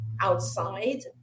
outside